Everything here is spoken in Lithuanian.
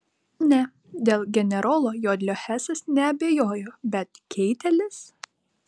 ne dėl generolo jodlio hesas neabejojo bet keitelis